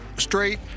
straight